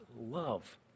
love